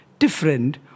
different